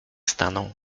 stanął